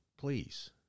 Please